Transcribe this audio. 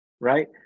right